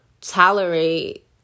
tolerate